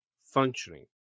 functioning